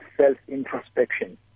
self-introspection